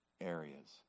areas